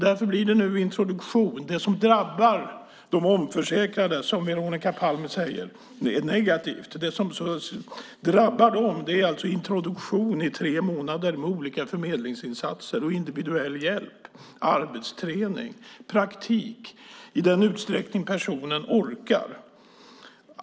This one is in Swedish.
Därför blir det nu en introduktion. Det som drabbar de omförsäkrade, som Veronica Palm säger är negativt, är alltså en introduktion i tre månader med olika förmedlingsinsatser, individuell hjälp, arbetsträning och praktik, i den utsträckning personen orkar.